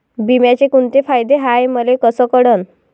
बिम्याचे कुंते फायदे हाय मले कस कळन?